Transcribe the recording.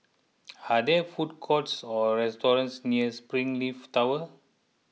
are there food courts or restaurants near Springleaf Tower